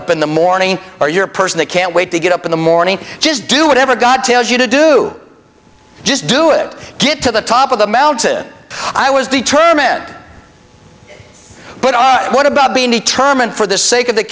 up in the morning or you're a person that can't wait to get up in the morning just do whatever god tells you to do just do it get to the top of the mountain i was determined but i what about being determined for the sake of the